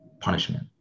punishment